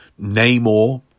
Namor